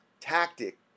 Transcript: tactic